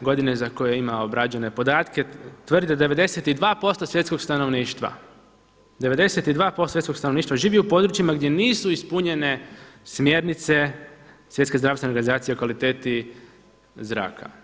godine za koju ima obrađene podatke tvrde 92% svjetskog stanovništva, 92% svjetskog stanovništva živi u područjima gdje nisu ispunjene smjernice Svjetske zdravstvene organizacije o kvaliteti zraka.